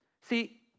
See